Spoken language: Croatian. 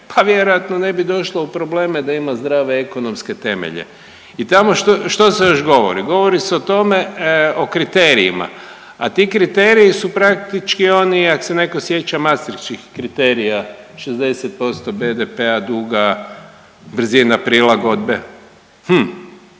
pa vjerojatno ne bi došla u probleme da ima zdrave ekonomske temelje i tamo što, što se još govori? Govori se o tome, o kriterijima, a ti kriteriji su praktički oni ak se neko sjeća mastriških kriterija, 60% BDP-a, duga, brzina prilagodbe, hm,